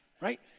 right